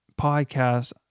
podcast